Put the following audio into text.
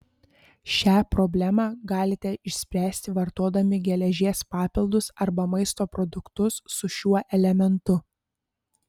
šią problemą galite išspręsti vartodami geležies papildus arba maisto produktus su šiuo elementu